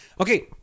okay